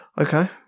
Okay